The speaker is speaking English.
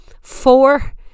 four